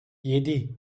yedi